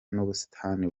n’ubusitani